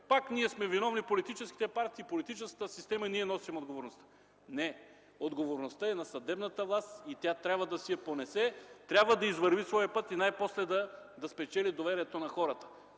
пак ние сме виновни – политическите партии, политическата система, ние носим отговорността. Не, отговорността е на съдебната власт и тя трябва да си я понесе; трябва да извърви своя път и най-после да спечели доверието на хората!